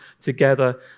together